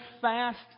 fast